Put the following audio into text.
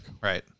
Right